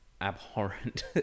abhorrent